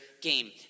game